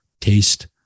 taste